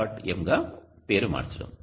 m గా పేరు మార్చడం